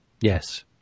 Yes